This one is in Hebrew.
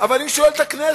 אבל אני שואל את הכנסת: